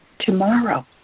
tomorrow